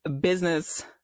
business